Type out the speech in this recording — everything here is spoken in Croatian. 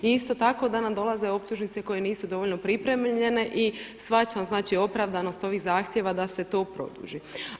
I isto tako da nam dolaze optužnice koje nisu dovoljno pripremljene i shvaćam znači opravdanost ovih zahtjeva da se to produži.